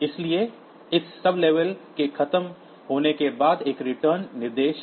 इसलिए इस सबलेबेल के खत्म होने के बाद एक RET निर्देश है